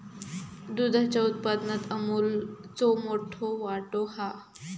दुधाच्या उत्पादनात अमूलचो मोठो वाटो हा